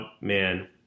man